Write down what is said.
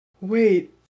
Wait